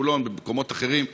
בחולון ובמקומות אחרים,